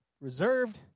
reserved